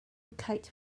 kite